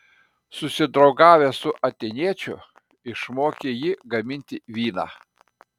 susidraugavęs su atėniečiu išmokė jį gaminti vyną